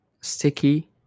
sticky